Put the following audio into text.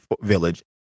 Village